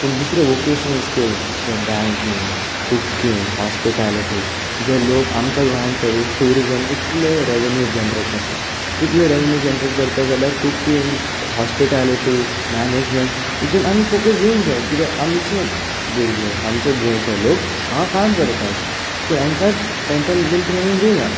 पूण दुसरे vocational skills banking cooking hospitality जे लोक आमच्या गोंयांत तरी टुरीजम इतलें रेवेनू जनरेट करता इतलें रेवेनू जनरेट करता जाल्यार कुकींग हॉस्पिटेलिटी मॅनेजमेंट हातूंत आनी फोकस दिवंक जाय कित्याक आमचे भुरगे आमचे गोंयचे लोक हांगा काम करतात पूण हांकां ते लोक ट्रेनींग दिनात